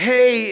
Hey